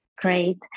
Great